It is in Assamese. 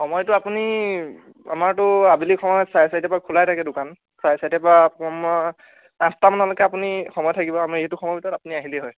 সময়টো আপুনি আমাৰতো আবেলি সময়ত চাৰে চাৰিটাৰ পৰা খোলাই থাকে দোকান চাৰে চাৰিটাৰ পৰা আপোনাৰ পাঁচটামানলৈকে আপুনি সময় থাকিব আপুনি সেইটো সময়ৰ ভিতৰত আপুনি আহিলেই হয়